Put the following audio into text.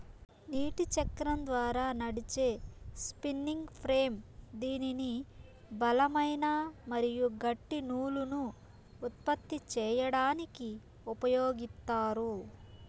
నీటి చక్రం ద్వారా నడిచే స్పిన్నింగ్ ఫ్రేమ్ దీనిని బలమైన మరియు గట్టి నూలును ఉత్పత్తి చేయడానికి ఉపయోగిత్తారు